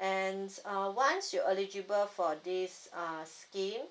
and uh once you eligible for this uh scheme